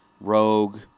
rogue